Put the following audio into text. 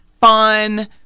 fun